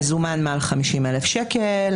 מזומן מעל 50,000 שקל,